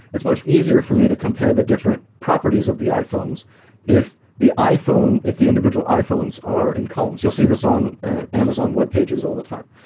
it's much easier for me to compare the different properties of the iphones if the iphone, if the individual iphones are in columns. you'll see this on ah amazon webpages all the time.